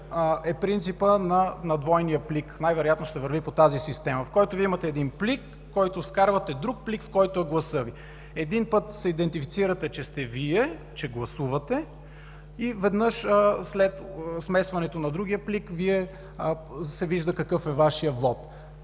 е принципът на двойния плик, най-вероятно ще се върви по тази система – Вие имате един плик, в който вкарвате друг плик, в който е гласът Ви. Един път се идентифицирате, че сте Вие – че гласувате, и веднъж – от другия плик се вижда какъв е Вашият вот.